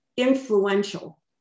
influential